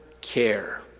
care